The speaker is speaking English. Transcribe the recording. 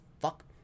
fuck